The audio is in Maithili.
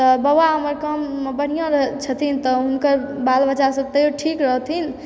बबा हमर काममे बढ़िआँ रहैत छथिन तऽ हुनकर बाल बच्चासभ तैओ ठीक रहथिन